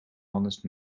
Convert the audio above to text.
honest